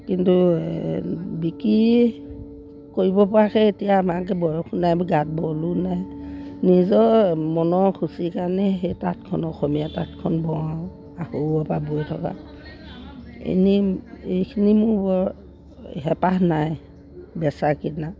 কিন্তু বিক্ৰী কৰিব পৰাকে এতিয়া আমাকে বয়স নাই গাত বলো নাই নিজৰ মনৰ খুচি কাৰণে সেই তাঁতখন অসমীয়া তাঁতখন বওঁ আগৰে পৰা বৈ থকা এনেই এইখিনি মোৰ বৰ হেঁপাহ নাই বেচা কিনা